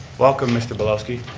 welcome mr. belowski.